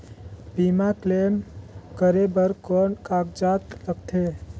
बीमा क्लेम करे बर कौन कागजात लगथे?